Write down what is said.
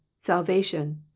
salvation